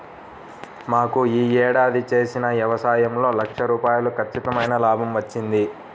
మాకు యీ ఏడాది చేసిన యవసాయంలో లక్ష రూపాయలు ఖచ్చితమైన లాభం వచ్చింది